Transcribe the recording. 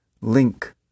link